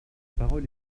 parole